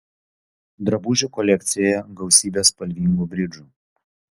drabužių kolekcijoje gausybė spalvingų bridžų